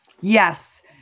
yes